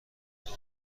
تان